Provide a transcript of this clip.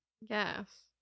Yes